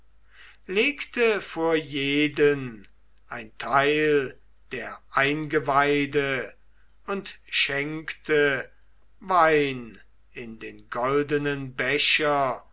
legte vor jeden ein teil der eingeweide und schenkte wein in den goldenen becher